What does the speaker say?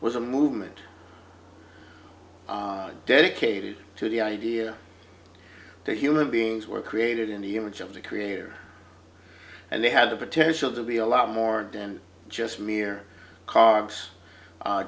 was a movement dedicated to the idea that human beings were created in the image of the creator and they had the potential to be a lot more than just mere cards